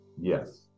Yes